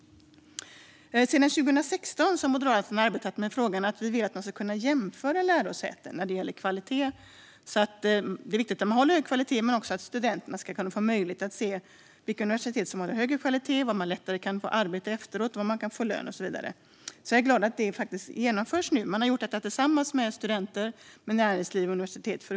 Sedan 2016 har Moderaterna arbetat med frågan att vi vill att man ska kunna jämföra lärosäten när det gäller kvalitet. Det är viktigt att de håller hög kvalitet. Men studenterna ska också få möjlighet att se vilka universitet som håller högre kvalitet, var de lättare kan få arbete efteråt och vad de kan få i lön och så vidare. Jag är glad att det nu genomförs. Man har gjort detta tillsammans med studenter, näringsliv och universitet.